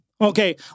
Okay